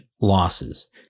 losses